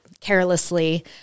carelessly